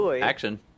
action